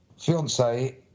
Fiance